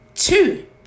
Two